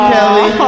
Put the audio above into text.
Kelly